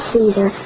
Caesar